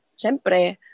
Sempre